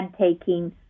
taking